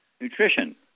nutrition